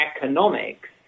economics